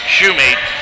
Shoemate